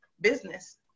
business